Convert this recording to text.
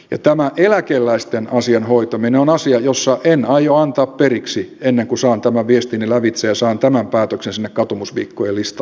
ja tämä eläkeläisten asian hoitaminen on asia jossa en aio antaa periksi ennen kuin saan tämän viestini lävitse ja saan tämän päätöksen sinne katumusviikkojen listaan hallitukselle